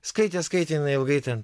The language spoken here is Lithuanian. skaitė skaitė jinai ilgai ten